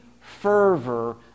fervor